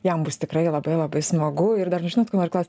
jam bus tikrai labai labai smagu ir dar žinot ko noriu klaust